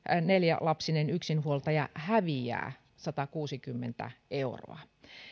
neljälapsinen yksinhuoltaja häviää satakuusikymmentä euroa